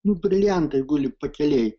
nu briliantai guli pakelėje